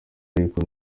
ariko